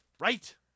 Right